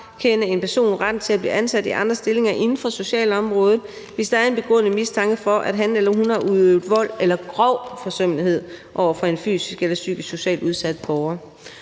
frakende en person retten til at blive ansat i andre stillinger inden for socialområdet, hvis der er en begrundet mistanke om, at han eller hun har udøvet vold eller grov forsømmelighed over for en fysisk eller psykisk socialt udsat borger.